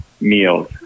meals